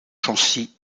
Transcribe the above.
chancy